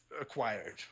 acquired